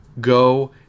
Go